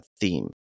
theme